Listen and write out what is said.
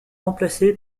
remplacé